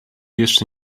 jeszcze